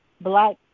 black